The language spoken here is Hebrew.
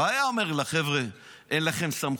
לא היה אומר לחבר'ה: אין לכם סמכות.